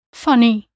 funny